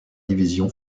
division